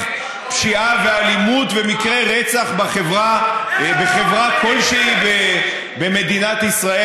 פשיעה ואלימות ומקרי רצח בחברה כלשהי במדינת ישראל?